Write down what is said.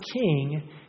king